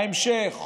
בהמשך,